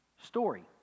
story